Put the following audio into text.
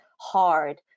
hard